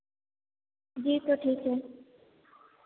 जी sir ठीक है